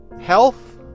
health